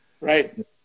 Right